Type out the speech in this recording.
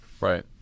Right